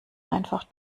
einfach